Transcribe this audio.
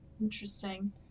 Interesting